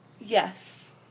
Yes